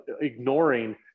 ignoring